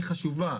היא חשובה.